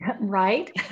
right